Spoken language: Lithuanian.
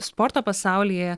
sporto pasaulyje